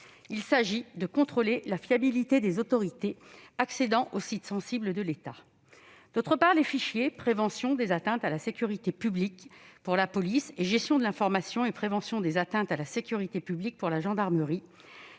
utilisé pour contrôler la fiabilité des autorités accédant aux sites sensibles de l'État ; d'autre part, les fichiers de prévention des atteintes à la sécurité publique, pour la police, et de gestion de l'information et prévention des atteintes à la sécurité publique, pour la gendarmerie.